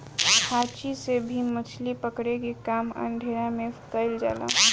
खांची से भी मछली पकड़े के काम अंधेरा में कईल जाला